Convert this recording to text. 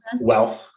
wealth